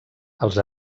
els